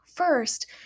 First